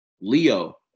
Leo